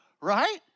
Right